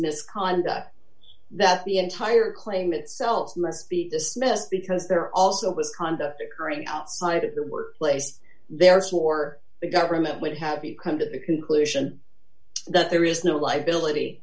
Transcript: misconduct that the entire claim itself must be dismissed because there also was conduct occurring outside of the workplace therefore the government would have you come to the conclusion that there is no i beli